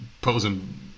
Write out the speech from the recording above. posing